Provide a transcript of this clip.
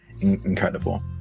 incredible